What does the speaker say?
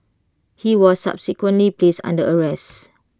he was subsequently placed under arrest